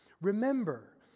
Remember